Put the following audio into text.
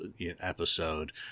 episode